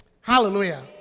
Hallelujah